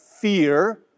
fear